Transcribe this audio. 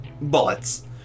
bullets